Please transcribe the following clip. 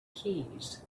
keys